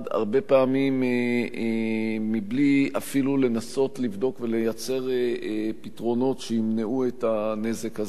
הרבה פעמים בלי אפילו לנסות לבדוק ולייצר פתרונות שימנעו את הנזק הזה.